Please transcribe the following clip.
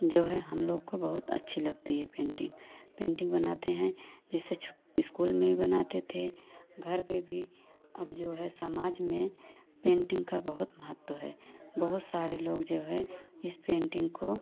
जो है हम लोग को बहुत अच्छी लगती है पेंटिंग पेंटिंग बनाते हैं जैसे छो इस्कूल में भी बनाते थे घर पर भी अब जो है समाज में पेंटिंग का बहुत महत्व है बहुत सारे लोग जो हैं इस पेंटिग को